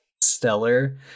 stellar